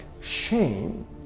shame